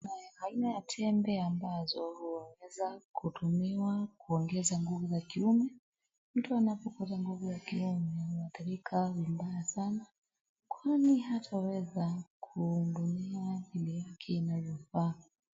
Aina ya tembe ambazo huweza kutumiwa kuongeza nguvu ya kiume, mtu anapokosa nguvu ya kiume anaathirika vibaya sana kwani hataweza kumhudumia bibi yake inavyofaa.